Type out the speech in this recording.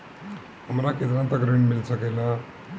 हमरा केतना तक ऋण मिल सके ला?